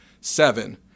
seven